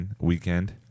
weekend